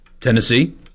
Tennessee